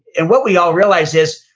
and what we all realize is,